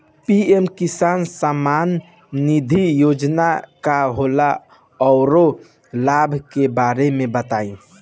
PM Kisan Samman Nidhi Yojana का होला औरो लाभ के बारे में बताई?